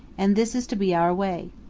and this is to be our way.